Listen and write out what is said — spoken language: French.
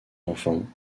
enfants